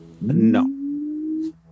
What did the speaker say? no